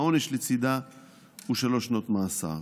העונש לצידה הוא שלוש שנות מאסר.